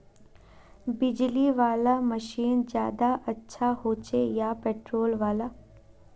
बिजली वाला मशीन ज्यादा अच्छा होचे या पेट्रोल वाला?